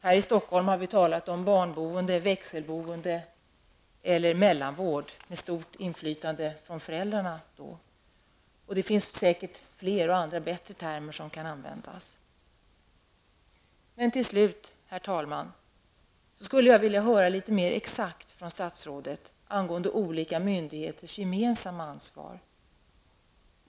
Här i Stockholm har vi talat om barnboende, växelboende eller mellanvård som förutsätter ett stort inflytande från föräldrar. Det finns säkert flera och bättre termer som kan användas. Herr talman! Till sist skulle jag vilja höra mer exakt från statsrådet angående olika myndigheters gemensamma ansvar.